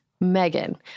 Megan